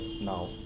now